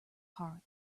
heart